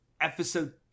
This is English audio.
episode